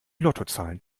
lottozahlen